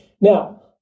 Now